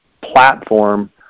platform